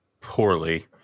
poorly